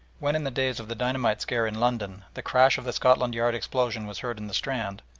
when in the days of the dynamite scare in london the crash of the scotland yard explosion was heard in the strand,